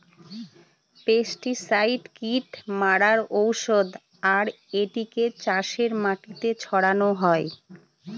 pesticide কীট মারার ঔষধ আর এটিকে চাষের মাটিতে ছড়ানো হয়